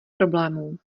problémů